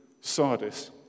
Sardis